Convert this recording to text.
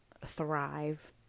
thrive